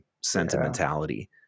sentimentality